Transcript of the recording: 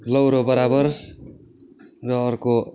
लौरो बराबर र अर्को